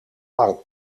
lang